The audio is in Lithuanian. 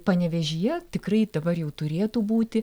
panevėžyje tikrai dabar jau turėtų būti